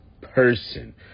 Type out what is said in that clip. person